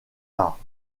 arts